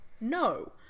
No